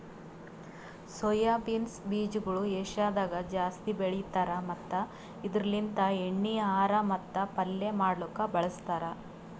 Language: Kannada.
ಸೋಯಾ ಬೀನ್ಸ್ ಬೀಜಗೊಳ್ ಏಷ್ಯಾದಾಗ್ ಜಾಸ್ತಿ ಬೆಳಿತಾರ್ ಮತ್ತ ಇದುರ್ ಲಿಂತ್ ಎಣ್ಣಿ, ಆಹಾರ ಮತ್ತ ಪಲ್ಯ ಮಾಡ್ಲುಕ್ ಬಳಸ್ತಾರ್